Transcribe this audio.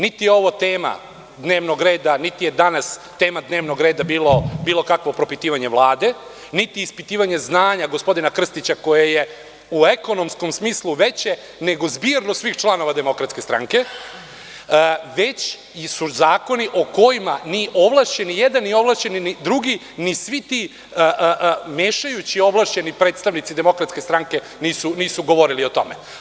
Niti je ovo tema dnevnog reda, niti je danas tema dnevnog reda bilo bilo kakvo propitivanje Vlade, niti ispitivanje znanja gospodina Krstića, koje je u ekonomskom smislu veće nego zbirno svih članova DS, već su zakoni o kojima ni ovlašćeni jedan, ni ovlašćeni drugi, ni svi ti mešajući ovlašćeni predstavnici DS nisu govorili o tome.